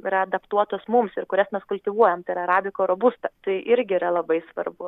yra adaptuotos mums ir kurias mes kultivuojam tai yra arabiko robusta tai irgi yra labai svarbu